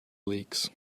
leaks